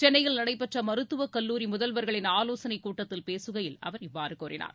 சென்னையில் நடைபெற்ற மருத்துவ கல்லூரி முதல்வர்களின் ஆலோசனை கூட்டத்தில் பேசுகையில் அவர் இவ்வாறு கூறினார்